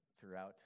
throughout